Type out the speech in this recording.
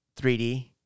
3D